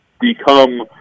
become